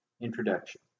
Introduction